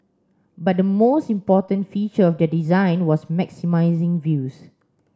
but the most important feature of their design was maximising views